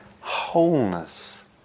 wholeness